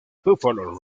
buffalo